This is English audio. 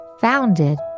founded